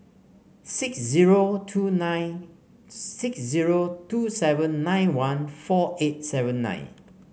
six zero two nine six zero two seven nine one four eight seven nine